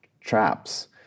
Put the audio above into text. traps